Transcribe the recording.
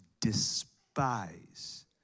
despise